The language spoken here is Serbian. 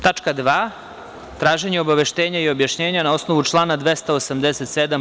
Traženje obaveštenja i objašnjenja na osnovu člana 287.